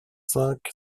cinq